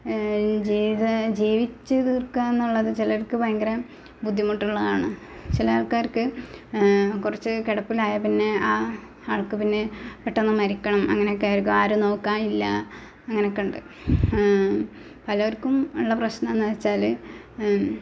ജീവിതം ജീവിച്ച് തീർക്കുക എന്നുള്ളത് ചിലർക്ക് ഭയങ്കര ബുദ്ധിമുട്ടുള്ളതാണ് ചിലയാൾകാർക്ക് കുറച്ച് കിടപ്പിലായതിൽ പിന്നെ ആൾക്ക്പിന്നെ പെട്ടെന്ന് മരിക്കണം അങ്ങനെയൊക്കെ ആരും നോക്കാൻ ഇല്ല അങ്ങനെ ഒക്കെയുണ്ട് പലർക്കും ഉള്ള പ്രശ്നമെന്ന് വെച്ചാല്